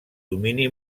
domini